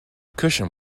cushion